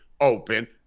open